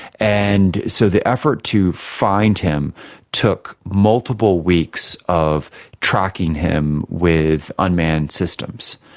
and so the effort to find him took multiple weeks of tracking him with unmanned systems,